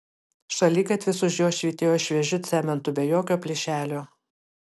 šaligatvis už jo švytėjo šviežiu cementu be jokio plyšelio